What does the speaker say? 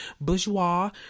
Bourgeois